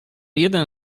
jeden